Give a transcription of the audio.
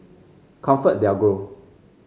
ComfortDelGro